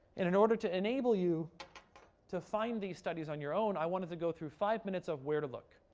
in order to enable you to find these studies on your own, i wanted to go through five minutes of where to look.